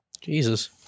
Jesus